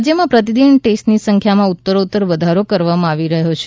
રાજ્યમાં પ્રતિદિન ટેસ્ટની સંખ્યામાં ઉત્તરોત્તર વધારો કરવામાં આવી રહ્યો છે